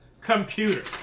computer